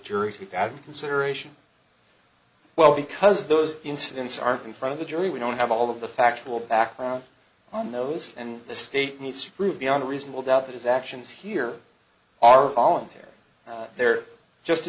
in consideration well because those incidents are in front of the jury we don't have all of the factual background on those and the state needs to prove beyond a reasonable doubt that is actions here are all and here and there just